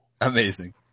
Amazing